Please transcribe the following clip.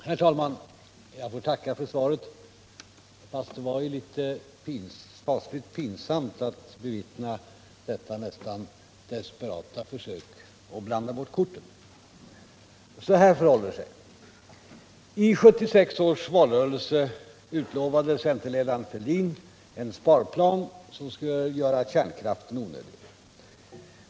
Herr talman! Jag får tacka för svaret, fast det var ju fasligt pinsamt att bevittna detta nästan desperata försök att blanda bort korten. Så här förhåller det sig. Under 1976 års valrörelse utlovade centerledaren Fälldin en sparplan som skulle göra kärnkraften onödig.